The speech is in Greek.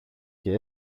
και